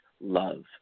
love